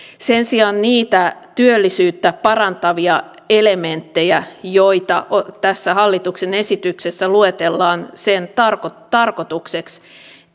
sen sijaan niitä työllisyyttä parantavia elementtejä joita tässä hallituksen esityksessä luetellaan sen tarkoitukseksi